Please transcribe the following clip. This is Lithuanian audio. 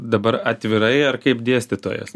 dabar atvirai ar kaip dėstytojas